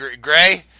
Gray